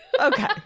Okay